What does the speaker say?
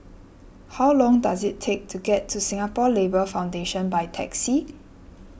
how long does it take to get to Singapore Labour Foundation by taxi